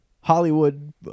Hollywood